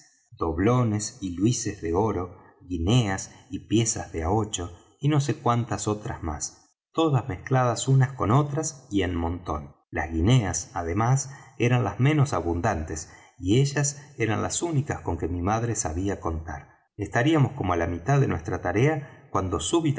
doblones y luises de oro guineas y piezas de á ocho y no sé cuantas otras más todas mezcladas unas con otras y en montón las guineas además eran las menos abundantes y ellas eran las únicas con que mi madre sabía contar estaríamos como á la mitad de nuestra tarea cuando